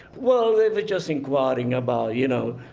well they were just inquiring about you know,